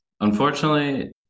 Unfortunately